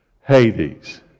Hades